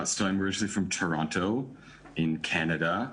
אני מטורנטו בקנדה.